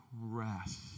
rest